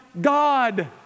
God